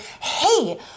hey